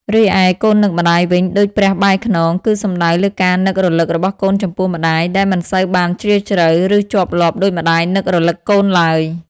រីឯ "កូននឹកម្ដាយវិញដូចព្រះបែរខ្នង" គឺសំដៅលើការនឹករលឹករបស់កូនចំពោះម្ដាយ ដែលមិនសូវបានជ្រាលជ្រៅ ឬជាប់លាប់ដូចម្ដាយនឹករលឹកកូនឡើយ។